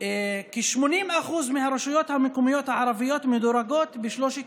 כ-80% מהרשויות המקומיות הערביות מדורגות בשלושת